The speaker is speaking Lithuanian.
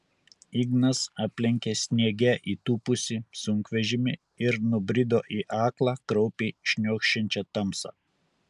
ignas aplenkė sniege įtūpusį sunkvežimį ir nubrido į aklą kraupiai šniokščiančią tamsą